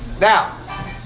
Now